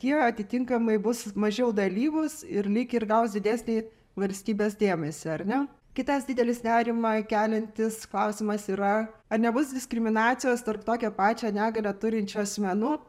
jie atitinkamai bus mažiau dalyvūs ir lyg ir gaus didesnį valstybės dėmesį ar ne kitas didelis nerimą keliantis klausimas yra ar nebus diskriminacijos tarp tokio pačio negalią turinčių asmenų